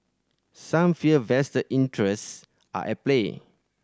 some fear vested interest are at play